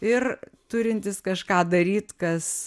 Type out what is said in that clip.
ir turintis kažką daryt kas